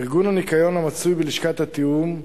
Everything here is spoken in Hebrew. ארגון הניקיון המצוי בלשכת התיאום הינו,